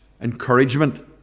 encouragement